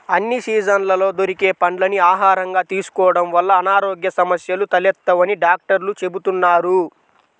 అన్ని సీజన్లలో దొరికే పండ్లని ఆహారంగా తీసుకోడం వల్ల అనారోగ్య సమస్యలు తలెత్తవని డాక్టర్లు చెబుతున్నారు